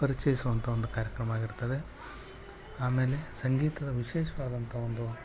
ಪರಿಚಯಿಸುವಂಥ ಒಂದು ಕಾರ್ಯಕ್ರಮ ಆಗಿರ್ತದೆ ಆಮೇಲೆ ಸಂಗೀತದ ವಿಶೇಷವಾದಂಥ ಒಂದು